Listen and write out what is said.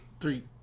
Three